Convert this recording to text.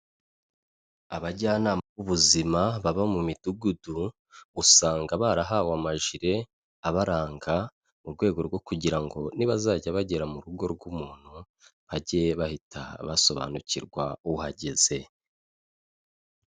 Abajyanama b'ubuzima baba mu midugudu, usanga barahawe amajile abaranga mu rwego rwo kugira ngo nibazajya bagera mu rugo rw'umuntu, bajye bahita basobanukirwa uhageze.